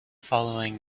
following